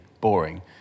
boring